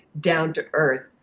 down-to-earth